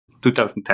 2010